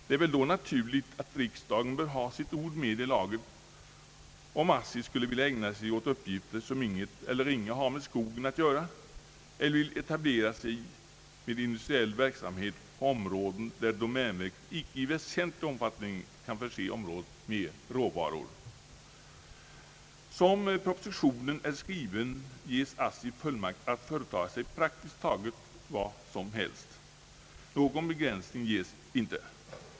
Det är väl då naturligt att riksdagen bör ha sitt ord med i laget, om ASSI skulle vilja ägna sig åt uppgifter som inget eller ringa har med skogen att göra eller vill etablera sig med industriell verksamhet på område, där domänverket icke i väsentlig omfattning kan förse företaget med råvara. Som propositionen är skriven ges ASSI fullmakt att företaga sig praktiskt taget vad som helst. Någon begränsning ges inte.